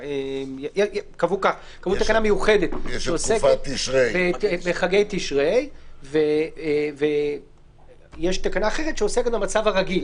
קבעו תקנה מיוחדת שעוסקת בחגי תשרי ויש תקנה אחרת שעוסקת במצב הרגיל.